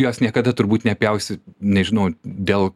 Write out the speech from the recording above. jos niekada turbūt nepjausi nežinau dėl